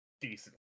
decent